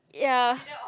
ya